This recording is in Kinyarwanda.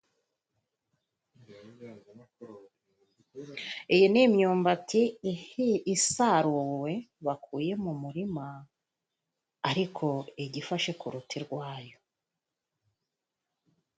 Iyi ni imyumbati isaruwe bakuye mu murima ariko igifashe ku ruti rwayo.